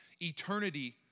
eternity